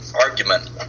argument